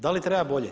Da li treba bolje?